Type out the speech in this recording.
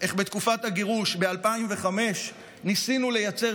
איך בתקופת הגירוש ב-2005 ניסינו לייצר